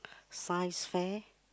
science fair